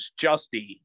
justy